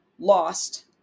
lost